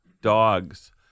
Dogs